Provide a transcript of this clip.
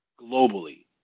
globally